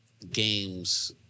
games